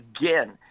again